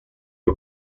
que